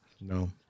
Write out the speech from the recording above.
No